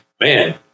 man